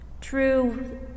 True